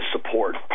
support